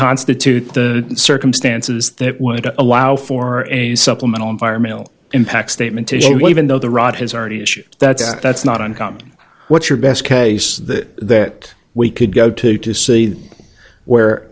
constitute the circumstances that would allow for a supplemental environmental impact statement to you even though the rot has already issued that's that's not uncommon what's your best case that we could go to to see where